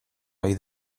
ohi